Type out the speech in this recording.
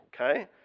Okay